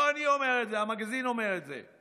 לא אני אומר את זה, המגזין אומר את זה.